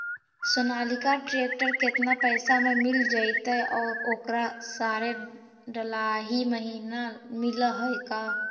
Sonalika tractor केतना पैसा में मिल जइतै और ओकरा सारे डलाहि महिना मिलअ है का?